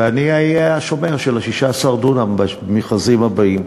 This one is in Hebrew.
ואני אהיה השומר של 16 הדונם במכרזים הבאים,